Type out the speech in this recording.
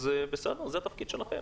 אז בסדר, זה התפקיד שלכם.